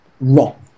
wrong